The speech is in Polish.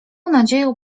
nadzieją